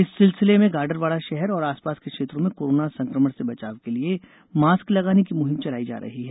इस सिलसिले में गाडरवारा शहर और आसपास के क्षेत्रों में कोरोना संक्रमण से बचाव के लिए मास्क लगाने की मुहिम चलाई जा रही है